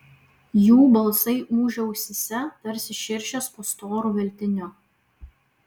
jų balsai ūžė ausyse tarsi širšės po storu veltiniu